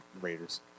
Raiders